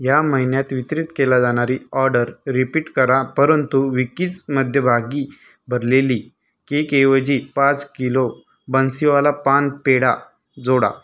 ह्या महिन्यात वितरित केला जाणारी ऑर्डर रिपीट करा परंतु विकीज मध्यभागी भरलेली केकऐवजी पाच किलो बन्सीवाला पान पेढा जोडा